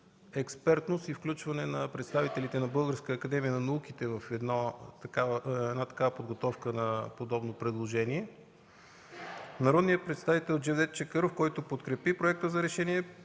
експертност и включване на представителите на Българската академия на науките в такава подготовка на подобно предложение; - народният представител Джевдет Чакъров, който подкрепи проекта за решение,